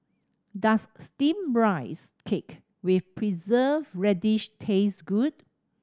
does Steamed Rice Cake with Preserved Radish taste good